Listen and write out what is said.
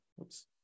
Oops